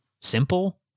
simple